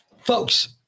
Folks